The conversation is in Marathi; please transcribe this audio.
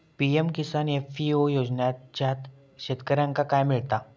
पी.एम किसान एफ.पी.ओ योजनाच्यात शेतकऱ्यांका काय मिळता?